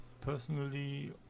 personally